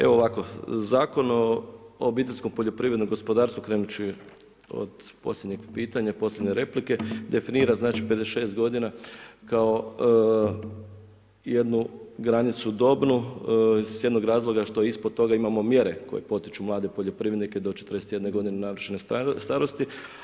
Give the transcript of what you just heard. Evo ovako, Zakon o obiteljskom poljoprivrednom gospodarstvu krenuvši od posljednjeg pitanja, posljednje replike definira znači 56 godina kao jednu granicu dobnu s jednog razloga što ispod toga imamo mjere koje potiču mlade poljoprivrednike do 41 godine navršene starosti.